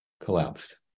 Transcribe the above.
collapsed